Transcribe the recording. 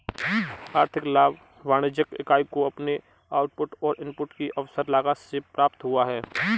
आर्थिक लाभ वाणिज्यिक इकाई को अपने आउटपुट और इनपुट की अवसर लागत से प्राप्त हुआ है